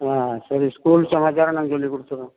ஆ சரி ஸ்கூல் சமாச்சாரம் நான் சொல்லிக் கொடுத்துறோம்